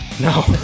No